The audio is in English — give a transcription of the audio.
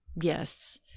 yes